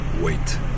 wait